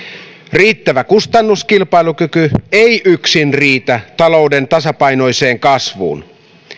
riittävä kustannuskilpailukyky ei yksin riitä talouden tasapainoiseen kasvuun